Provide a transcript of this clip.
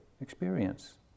experience